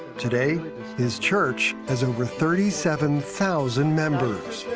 today his church has over thirty seven thousand members.